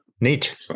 Neat